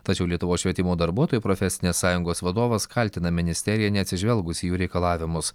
tačiau lietuvos švietimo darbuotojų profesinės sąjungos vadovas kaltina ministeriją neatsižvelgus į jų reikalavimus